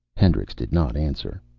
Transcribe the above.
hendricks did not answer.